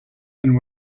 and